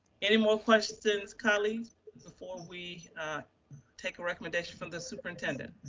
any more questions colleagues before we take a recommendation from the superintendent?